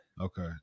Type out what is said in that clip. Okay